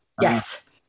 Yes